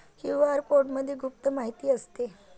QR कोडमध्ये गुप्त माहिती असते